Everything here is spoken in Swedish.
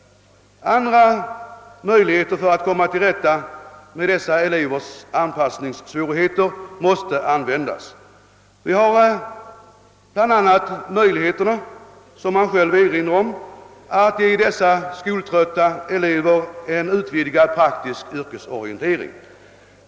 Andra möjligheter att komma till rätta med dessa elevers anpassningssvårigheter måste användas. Vi har bl.a. den möjlighet som herr Åkerlind själv erinrade om att ge dessa skoltrötta elever en utvidgad praktisk yrkesorientering.